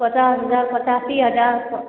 पचास हजार पचासी हजार